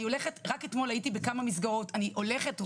רק אתמול הייתי בכמה מסגרות אני הולכת,